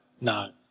No